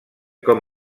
com